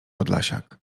podlasiak